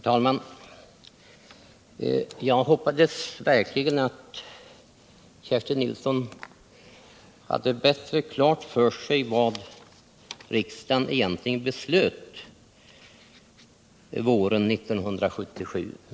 Herr talman! Jag hoppades verkligen att Kerstin Nilsson skulle ha bättre klart för sig vad riksdagen egentligen beslöt våren 1977.